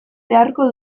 beharko